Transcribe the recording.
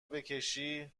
بکشی